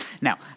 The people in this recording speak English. Now